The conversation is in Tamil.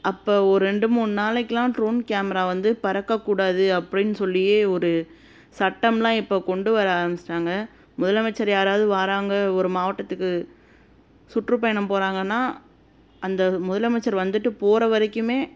அப்போ ஒரு ரெண்டு மூணு நாளைக்கெலாம் ட்ரோன் கேமரா வந்து பறக்கக்கூடாது அப்படின்னு சொல்லியே ஒரு சட்டம்லாம் இப்போ கொண்டு வர ஆரம்பிச்சிட்டாங்கள் முதலமைச்சர் யாராவது வாராங்கள் ஒரு மாவட்டத்துக்கு சுற்றுப்பயணம் போறாங்கன்னால் அந்த முதலமைச்சர் வந்துட்டு போகிற வரைக்குமே